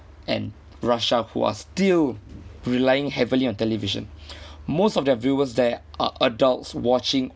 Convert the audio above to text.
and russia who are still relying heavily on television most of their viewers there are adults watching